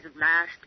last